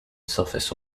surface